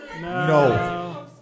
No